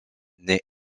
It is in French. naît